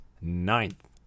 ninth